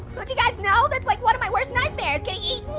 don't you guys know, that's like one of my worst nightmares, getting eaten?